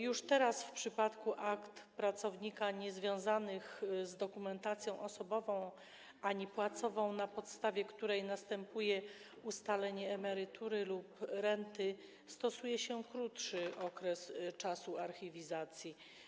Już teraz w przypadku akt pracownika niezwiązanych z dokumentacją osobową ani płacową, na podstawie której następuje ustalenie emerytury lub renty, stosuje się krótszy okres archiwizacji.